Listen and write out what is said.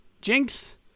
Jinx